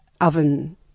oven